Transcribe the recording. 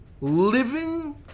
living